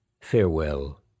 farewell